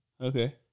Okay